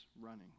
running